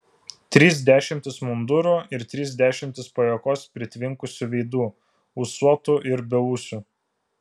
trys dešimtys mundurų ir trys dešimtys pajuokos pritvinkusių veidų ūsuotų ir beūsių